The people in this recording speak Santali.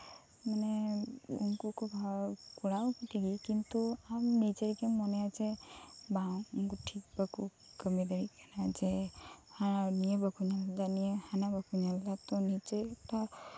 ᱢᱟᱱᱮ ᱩᱱᱠᱩ ᱠᱚᱨᱟᱣᱟᱠᱚ ᱴᱷᱤᱠ ᱜᱮ ᱠᱤᱱᱛᱩ ᱟᱢ ᱱᱤᱡᱮ ᱜᱮᱢ ᱢᱚᱱᱮᱭᱟ ᱡᱮ ᱵᱟᱝ ᱴᱷᱤᱠ ᱵᱟᱠᱚ ᱠᱟᱹᱢᱤ ᱫᱟᱲᱮᱭᱟᱜ ᱠᱟᱱᱟ ᱡᱮ ᱦᱟᱱᱟ ᱱᱚᱭᱟᱹ ᱵᱟᱠᱚ ᱧᱮᱞ ᱫᱟ ᱱᱤᱭᱟᱹ ᱦᱟᱱᱟ ᱵᱟᱠᱚ ᱧᱮᱞ ᱫᱟ ᱛᱚ ᱦᱚᱨᱦᱚ ᱠᱚᱜᱼᱟ ᱥᱮ ᱪᱮᱫ